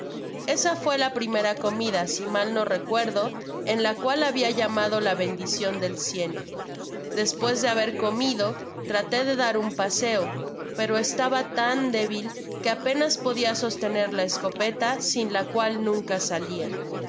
esa fué la primera comida si mal no recuerdo en la cual habia llamado la bendicion del cielo despues de haber comido traté de dar un paseo pero estaba tan débil que apenas podia sostener la escopeta sin la cual nunca salia